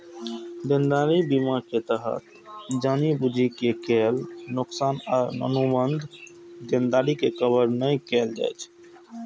देनदारी बीमा के तहत जानि बूझि के कैल नोकसान आ अनुबंध देनदारी के कवर नै कैल जाइ छै